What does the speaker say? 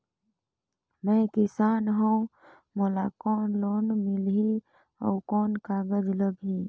मैं किसान हव मोला कौन लोन मिलही? अउ कौन कागज लगही?